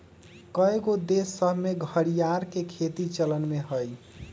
कएगो देश सभ में घरिआर के खेती चलन में हइ